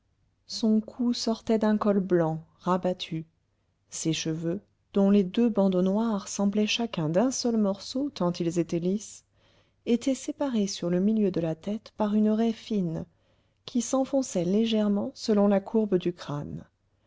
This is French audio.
son cou sortait d'un col blanc rabattu ses cheveux dont les deux bandeaux noirs semblaient chacun d'un seul morceau tant ils étaient lisses étaient séparés sur le milieu de la tête par une raie fine qui s'enfonçait légèrement selon la courbe du crâne